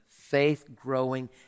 faith-growing